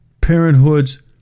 Parenthood's